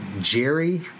Jerry